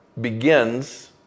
begins